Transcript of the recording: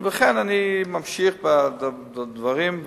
לכן אני ממשיך בדברים.